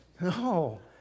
No